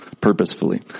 purposefully